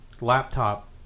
laptop